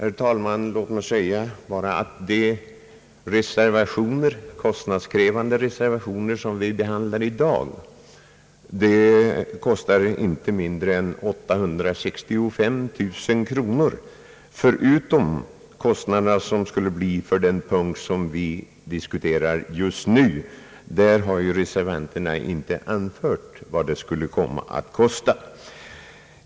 Låt mig, herr talman, bara säga att de reservationer som vi i dag behandlar kostar inte mindre än 865 000 kronor, förutom de kostnader som skulle föranledas av ett bifall till reservationen på den punkt som vi just nu diskuterar; därvidlag har ju reservanterna inte angett vad det skulle komma att kosta.